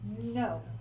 No